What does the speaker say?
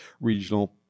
regional